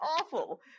awful